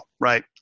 right